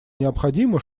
необходимо